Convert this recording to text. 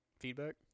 Feedback